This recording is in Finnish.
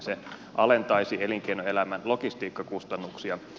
se alentaisi elinkeinoelämän logistiikkakustannuksia